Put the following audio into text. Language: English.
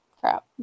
Crap